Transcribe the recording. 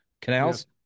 Canals